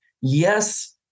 Yes